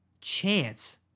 chance